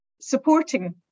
supporting